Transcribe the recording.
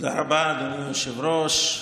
תודה רבה, אדוני היושב-ראש.